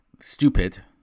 stupid